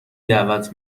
دعوت